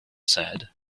said